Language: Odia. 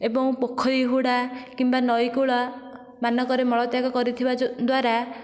ଏବଂ ପୋଖରୀ ହୁଡ଼ା କିମ୍ବା ନଈକୂଳ ମାନଙ୍କରେ ମଳତ୍ୟାଗ କରିଥିବା ଯେଉଁ ଦ୍ୱାରା